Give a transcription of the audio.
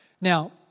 Now